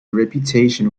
reputation